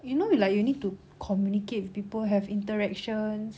you know you like you need to communicate with people have interaction